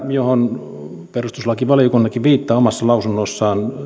johon perustuslakivaliokuntakin viittaa omassa lausunnossaan